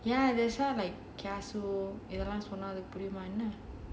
ya that's why like kiasu இதெல்லாம் சொன்னா அதுக்கு புரியுமா என்ன:idhellaam sonna adhuku puriyumaa enna